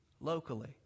locally